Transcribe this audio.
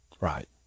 right